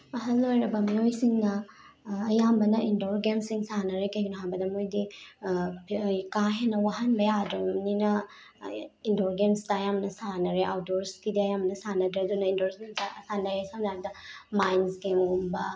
ꯑꯍꯜ ꯑꯣꯏꯔꯕ ꯃꯤꯑꯣꯏꯁꯤꯡꯅ ꯑꯌꯥꯝꯕꯅ ꯏꯟꯗꯣꯔ ꯒꯦꯃ꯭ꯁꯁꯤꯡ ꯁꯥꯟꯅꯔꯦ ꯀꯩꯒꯤꯅꯣ ꯍꯥꯏꯕꯗ ꯃꯣꯏꯗꯤ ꯀꯥ ꯍꯦꯟꯅ ꯋꯥꯍꯟꯕ ꯌꯥꯗ꯭ꯔꯕꯅꯤꯅ ꯏꯟꯗꯣꯔ ꯒꯦꯝꯁꯇ ꯑꯌꯥꯝꯕꯅ ꯁꯥꯟꯅꯔꯦ ꯑꯥꯎꯠꯗꯣꯔ꯭ꯁꯀꯤꯗꯤ ꯑꯌꯥꯝꯕꯅ ꯁꯥꯟꯅꯗ꯭ꯔꯦ ꯑꯗꯨꯅ ꯏꯟꯗꯣꯔꯁ ꯒꯦꯝꯁꯇ ꯁꯥꯟꯅꯩ ꯁꯝꯅ ꯍꯥꯏꯔꯕꯗ ꯃꯥꯏꯟꯁ ꯒꯦꯝꯒꯨꯝꯕ